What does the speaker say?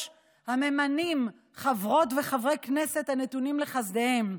הממנים חברות וחברי כנסת הנתונים לחסדיהם,